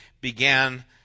began